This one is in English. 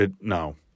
No